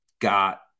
got